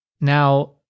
Now